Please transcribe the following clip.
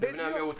בדיוק.